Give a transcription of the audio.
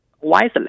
wisely